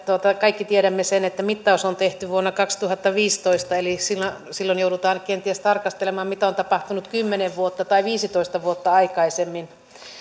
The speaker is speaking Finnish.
kaikki tiedämme sen että mittaus on tehty vuonna kaksituhattaviisitoista niin silloin joudutaan kenties tarkastelemaan mitä on tapahtunut kymmenen tai viisitoista vuotta aikaisemmin